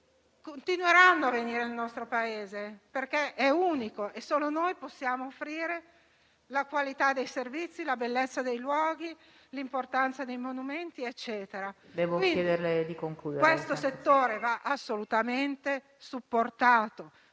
continueranno a venire nel nostro Paese, perché è unico e solo noi possiamo offrire la qualità dei servizi, la bellezza dei luoghi, l'importanza dei monumenti. Questo settore va assolutamente supportato,